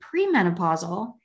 premenopausal